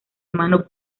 hermano